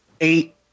eight